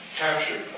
captured